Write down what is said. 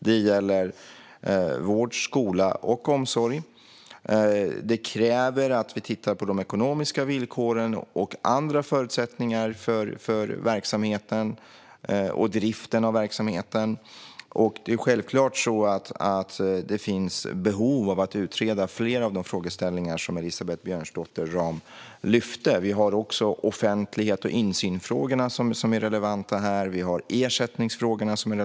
Detta gäller vård, skola och omsorg och kräver att vi tittar på de ekonomiska villkoren och andra förutsättningar för verksamheten och driften av densamma. Det finns självfallet behov av att utreda flera av de frågeställningar som Elisabeth Björnsdotter Rahm lyfte upp. Vi har också offentlighets och insynsfrågorna, som är relevanta här, liksom ersättningsfrågorna.